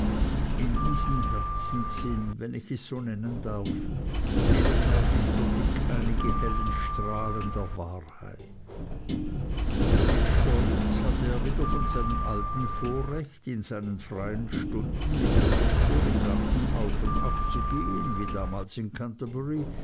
in diesen herzenssinn wenn ich es so nennen darf fielen bei mr dick einige helle strahlen der wahrheit mit stolz hatte er wieder von seinem alten vorrecht in seinen freien stunden mit dem doktor im garten auf und abzugehen wie damals in